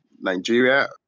Nigeria